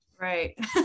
right